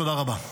תודה רבה.